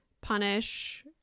punish